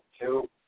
two